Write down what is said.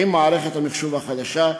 עם מערכת המחשוב החדשה,